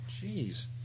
Jeez